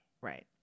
Right